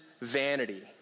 vanity